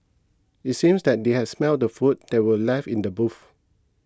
it seemed that they had smelt the food that were left in the boot